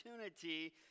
opportunity